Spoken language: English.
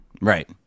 Right